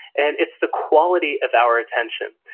and it's the quality of our attention.